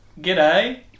g'day